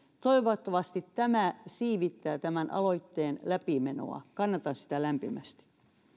toivottavasti siivittää tämän aloitteen läpimenoa kannatan sitä lämpimästi